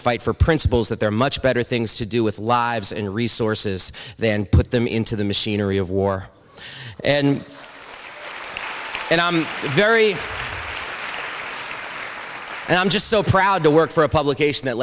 fight for principles that they're much better things to do with lives and resources then put them into the machinery of war and and i'm very i'm just so proud to work for a publication that